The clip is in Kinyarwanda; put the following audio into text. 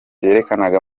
yerekezaga